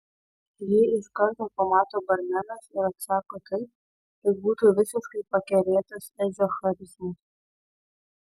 jį iš karto pamato barmenas ir atsako taip lyg būtų visiškai pakerėtas edžio charizmos